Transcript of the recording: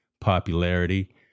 popularity